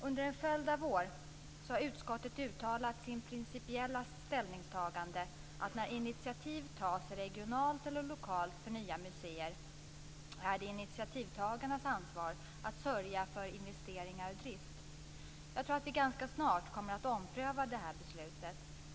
Under en följd av år har utskottet uttalat sitt principiella ställningstagande, att när initiativ tas regionalt eller lokalt för nya museer är det initiativtagarnas ansvar att sörja för investeringar och drift. Jag tror att vi ganska snart kommer att ompröva det här beslutet.